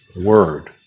Word